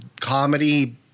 comedy